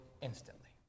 instantly